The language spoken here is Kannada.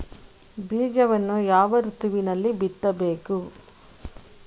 ಬೀಜವನ್ನು ಯಾವ ಋತುವಿನಲ್ಲಿ ಬಿತ್ತಬೇಕು?